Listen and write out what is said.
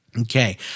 Okay